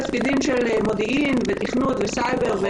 תפקידים של מודיעין ותכנות וסייבר.